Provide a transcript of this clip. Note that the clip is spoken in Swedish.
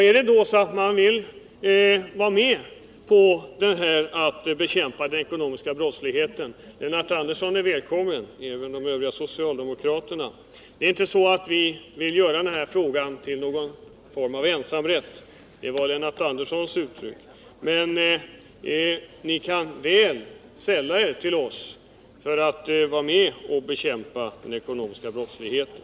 Vill man vara med om att bekämpa den ekonomiska brottsligheten, så är Lennart Andersson och övriga socialdemokrater välkomna. Vi vill inte skaffa oss något slags ensamrätt på det — det var Lennart Anderssons uttryck — men ni kan väl sälla er till oss och vara med och bekämpa den ekonomiska brottsligheten.